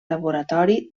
laboratori